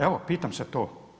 Evo pitam se to.